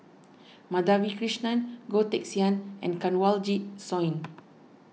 Madhavi Krishnan Goh Teck Sian and Kanwaljit Soin